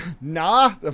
nah